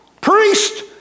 Priest